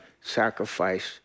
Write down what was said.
sacrifice